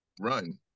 run